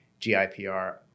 GIPR